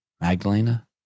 magdalena